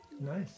Nice